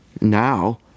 Now